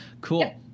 Cool